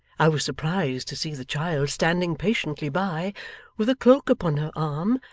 i was surprised to see the child standing patiently by with a cloak upon her arm,